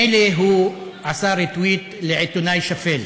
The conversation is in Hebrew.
מילא הוא עשה ריטוויט לעיתונאי שפל,